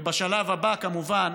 ובשלב הבא, כמובן,